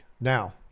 now